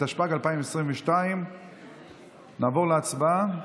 התשפ"ג 2022. נעבור להצבעה?